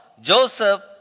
Joseph